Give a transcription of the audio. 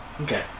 Okay